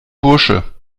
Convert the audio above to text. bursche